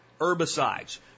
herbicides